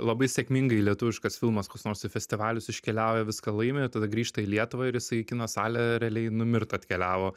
labai sėkmingai lietuviškas filmas koks nors į festivalius iškeliauja viską laimi tada grįžta į lietuvą ir jisai į kino salę realiai numirt atkeliavo